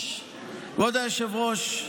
כבוד היושב-ראש,